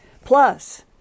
Plus